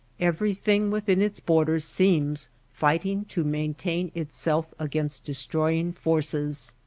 everything within its borders seems fighting to maintain itself against destroying forces.